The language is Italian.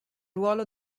ruolo